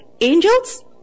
angels